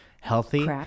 healthy